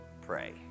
pray